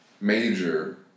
major